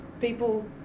people